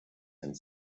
and